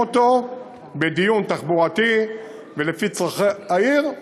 אותו בדיון תחבורתי ולפי צורכי העיר,